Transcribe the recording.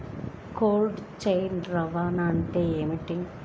Cold chain రవాణా అంటే ఏమిటీ?